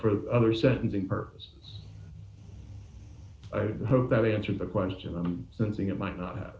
for other sentencing purpose i hope that answered the question i'm sensing it might not have